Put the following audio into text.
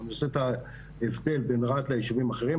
אם אני עושה את ההבדל בין רהט לישובים האחרים,